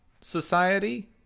society